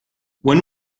when